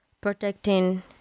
protecting